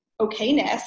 okayness